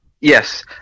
Yes